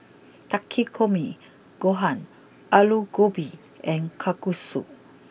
Takikomi Gohan Alu Gobi and Kalguksu